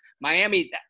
Miami –